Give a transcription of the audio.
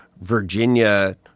Virginia